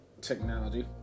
Technology